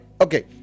Okay